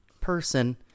person